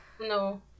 no